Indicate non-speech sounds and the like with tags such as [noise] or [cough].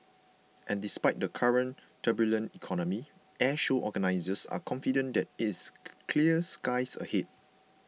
and despite the current turbulent economy Airshow organisers are confident that it's [noise] clear skies ahead